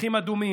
בשטיחים אדומים.